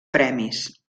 premis